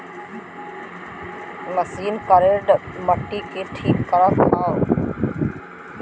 machine करेड़ मट्टी के ठीक करत हौ